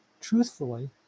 truthfully